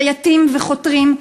שייטים וחותרים,